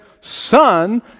Son